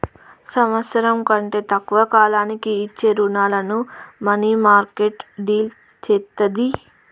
సంవత్సరం కంటే తక్కువ కాలానికి ఇచ్చే రుణాలను మనీమార్కెట్ డీల్ చేత్తది